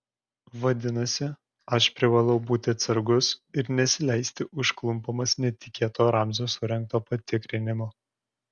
vadinasi aš privalau būti atsargus ir nesileisti užklumpamas netikėto ramzio surengto patikrinimo